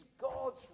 God's